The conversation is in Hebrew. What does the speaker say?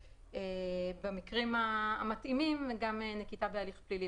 במקרים המתאימים גם נקיטה בהליך פלילי.